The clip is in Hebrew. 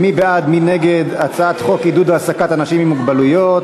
מי בעד ומי נגד הצעת חוק עידוד העסקת אנשים עם מוגבלות?